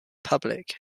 public